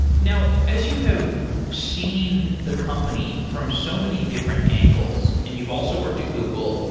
now, as you have seen the company from so many different angles and you've also worked at google.